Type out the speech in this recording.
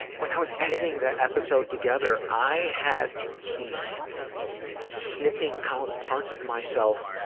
when i was editing the episode together, i had to keep snipping out parts of myself